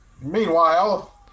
meanwhile